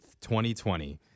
2020